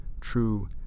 true